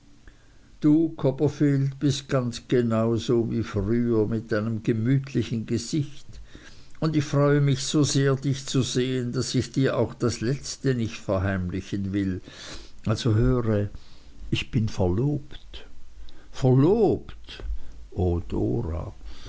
du copperfield bist ganz genau so wie früher mit deinem gemütlichen gesicht und ich freue mich so sehr dich zu sehen daß ich dir auch das letzte nicht verheimlichen will also höre ich bin verlobt verlobt o